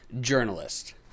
journalist